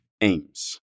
aims